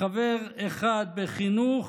חבר אחד בחינוך,